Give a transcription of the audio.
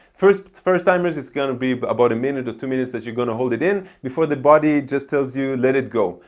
the first timers it's gonna be about a minute or two minutes that you're gonna hold it in, before the body just tells you let it go.